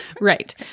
Right